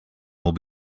will